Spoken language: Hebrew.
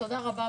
תודה רבה,